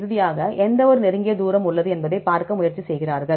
இறுதியாக எந்த ஒரு நெருங்கிய தூரம் உள்ளது என்பதைப் பார்க்க முயற்சி செய்கிறார்கள்